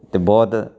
ਅਤੇ ਬਹੁਤ